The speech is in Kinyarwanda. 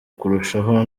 kurushaho